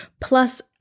plus